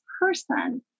person